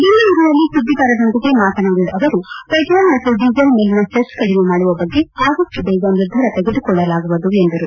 ಬೆಂಗಳೂರಿನಲ್ಲಿ ಸುದ್ದಿಗಾರರೊಂದಿಗೆ ಮಾತನಾಡಿದ ಅವರು ಪೆಟ್ರೋಲ್ ಮತ್ತು ಡೀಸೆಲ್ ಮೇಲಿನ ಸೆಸ್ ಕಡಿಮೆ ಮಾಡುವ ಬಗ್ಗೆ ಆದಷ್ಟು ಬೇಗ ನಿರ್ಧಾರ ತೆಗೆದುಕೊಳ್ಳಲಾಗುವುದು ಎಂದರು